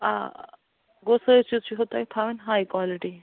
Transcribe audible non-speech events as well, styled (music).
آ بہٕ (unintelligible) تۄہہِ تھاوٕنۍ ہاے کوٛالٹی